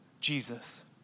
jesus